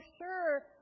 sure